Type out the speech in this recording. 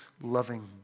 loving